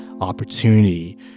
opportunity